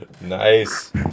Nice